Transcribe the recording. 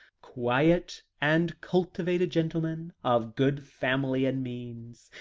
quiet and cultivated gentleman of good family and means,